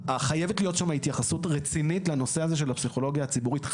חייבת להיות שם התייחסות רצינית לנושא הזה של הפסיכולוגיה הציבורית.